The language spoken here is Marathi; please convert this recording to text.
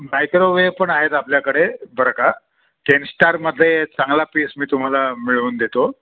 मायक्रोवेव पण आहेत आपल्याकडे बरं का टेन स्टारमध्ये चांगला पीस मी तुम्हाला मिळवून देतो